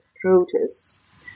protests